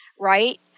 right